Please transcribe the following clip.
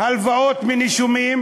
הלוואות מנישומים,